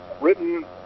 written